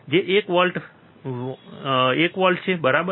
જે એક volt 1 volt 1 volt છે બરાબર